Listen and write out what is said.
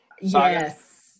Yes